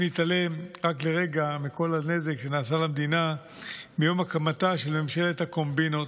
אם נתעלם רק לרגע מכל הנזק שנעשה למדינה מיום הקמתה של ממשלת הקומבינות.